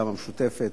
המשותפת,